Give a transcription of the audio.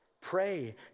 Pray